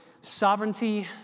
sovereignty